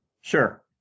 Sure